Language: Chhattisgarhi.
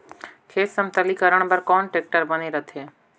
खेत समतलीकरण बर कौन टेक्टर बने रथे?